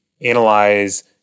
analyze